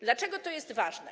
Dlaczego to jest ważne?